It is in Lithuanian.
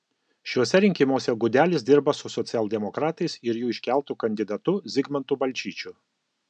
šiuose rinkimuose gudelis dirba su socialdemokratais ir jų iškeltu kandidatu zigmantu balčyčiu